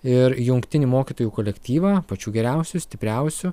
ir jungtinį mokytojų kolektyvą pačių geriausių stipriausių